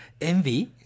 Envy